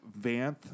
Vanth